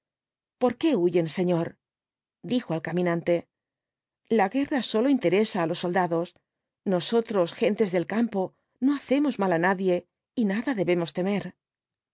por qué huyen señor dijo al caminante la gnerra sólo interesa á los soldados nosotros gentes del campo no hacemos mal á nadie y nada debemos temer